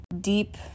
deep